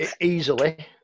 Easily